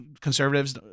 conservatives